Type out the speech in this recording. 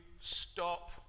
stop